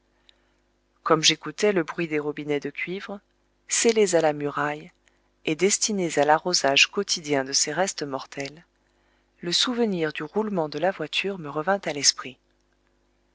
comme j'écoutais le bruit des robinets de cuivre scellés à la muraille et destinés à l'arrosage quotidien de ces restes mortels le souvenir du roulement de la voiture me revint à l'esprit